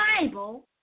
Bible